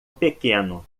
pequeno